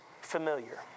familiar